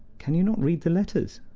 can you not read the letters?